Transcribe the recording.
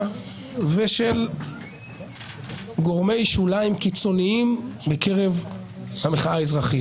ושל גורמי שוליים קיצוניים מקרב המחאה האזרחית.